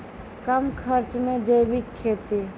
कम खर्च मे जैविक खेती?